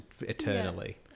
eternally